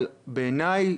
אבל בעיניי,